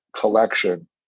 collection